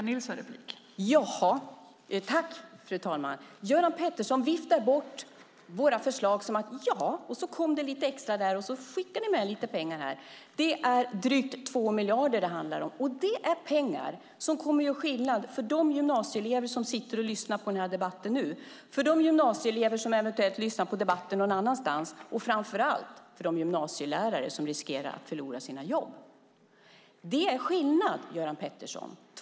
Fru talman! Jaha! Göran Pettersson viftar bort våra förslag med ett jaha, så kom det lite extra där, så skickar ni med lite pengar här. Det handlar om drygt 2 miljarder, och det är pengar som kommer att göra skillnad för de gymnasieelever som sitter och lyssnar på debatten nu, för de gymnasielever som eventuellt lyssnar på debatten någon annanstans och framför allt för de gymnasielärare som riskerar att förlora sina jobb. Det är en skillnad, Göran Pettersson.